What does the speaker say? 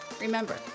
remember